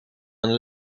een